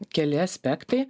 keli aspektai